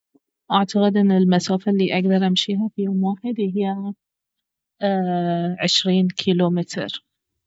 اعتقد ان المسافة الي اقدر امشيها في يوم واحد اهي عشرين كيلو متر